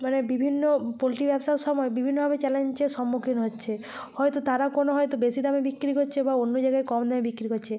মানে বিভিন্ন পোল্ট্রি ব্যবসার সময় বিভিন্নভাবে চ্যালেঞ্চের সম্মুখীন হচ্ছে হয়তো তারা কোনো হয়তো বেশি দামে বিক্রি করছে বা অন্য জায়গায় কম দামে বিক্রি করছে